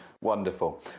wonderful